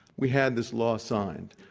we had this law signed,